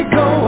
go